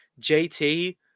JT